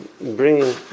Bringing